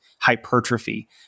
hypertrophy